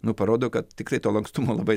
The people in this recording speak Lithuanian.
nu parodo kad tikrai to lankstumo labai